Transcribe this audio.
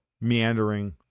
meandering